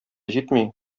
җитми